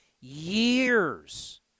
Years